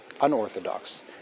unorthodox